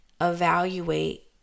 evaluate